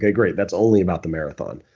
great. that's only about the marathon.